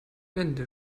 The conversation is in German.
wände